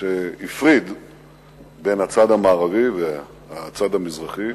שהפריד בין הצד המערבי לבין הצד המזרחי